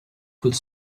could